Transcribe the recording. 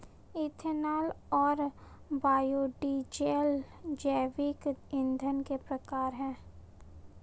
ethanol और biodiesel जैविक ईंधन के प्रकार है